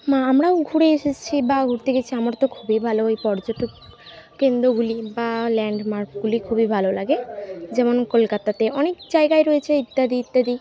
না আমরাও ঘুরে এসেছি বা ঘুরতে গেছি আমার তো খুবই ভালো ওই পর্যটক কেন্দ্রগুলি বা ল্যান্ডমার্কগুলি খুবই ভালো লাগে যেমন কলকাতাতে অনেক জায়গায় রয়েছে ইত্যাদি ইত্যাদি